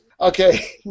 Okay